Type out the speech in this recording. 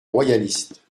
royaliste